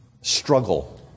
struggle